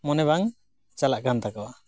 ᱢᱚᱱᱮ ᱵᱟᱝ ᱪᱟᱞᱟᱜᱠᱟᱱ ᱛᱟᱠᱚᱣᱟ